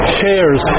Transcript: shares